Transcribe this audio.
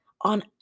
on